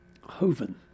Hoven